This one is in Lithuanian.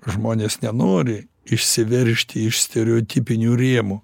žmonės nenori išsiveržti iš stereotipinių rėmų